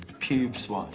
pubes-wise?